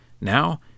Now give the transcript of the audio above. Now